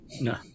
no